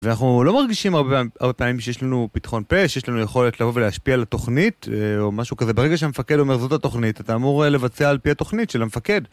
ואנחנו לא מרגישים הרבה פעמים שיש לנו פתחון פה, שיש לנו יכולת לבוא ולהשפיע על התוכנית או משהו כזה. ברגע שהמפקד אומר זאת התוכנית, אתה אמור לבצע על פי התוכנית של המפקד.